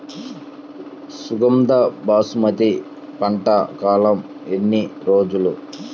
సుగంధ బాసుమతి పంట కాలం ఎన్ని రోజులు?